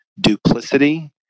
duplicity